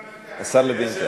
השר לוין כאן.